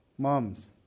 Moms